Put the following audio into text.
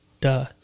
Duh